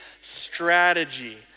strategy